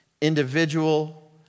individual